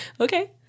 Okay